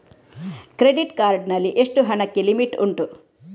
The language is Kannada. ಕ್ರೆಡಿಟ್ ಕಾರ್ಡ್ ನಲ್ಲಿ ಎಷ್ಟು ಹಣಕ್ಕೆ ಲಿಮಿಟ್ ಉಂಟು?